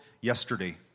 yesterday